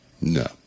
No